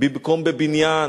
במקום בבניין,